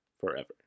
forever